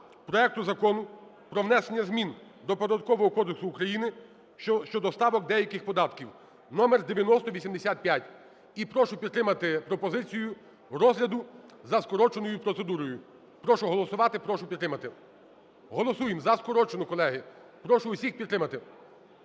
проекту Закону про внесення змін до Податкового кодексу України щодо ставок деяких податків (№ 9085). І прошу підтримати пропозицію розгляду за скороченою процедурою. Прошу голосувати. Прошу підтримати. Голосуємо за скорочену, колеги. Прошу всіх підтримати.